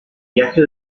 viaje